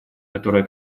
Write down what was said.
которая